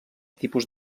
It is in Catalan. tipus